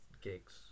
gigs